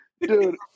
Dude